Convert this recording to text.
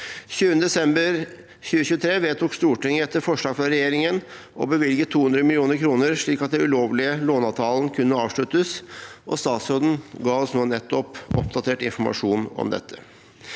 20. desember 2023 vedtok Stortinget etter forslag fra regjeringen å bevilge 200 mill. kr, slik at den ulovlige låneavtalen kunne avsluttes, og statsråden ga oss nå nettopp oppdatert informasjon om dette.